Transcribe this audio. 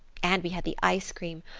and we had the ice cream.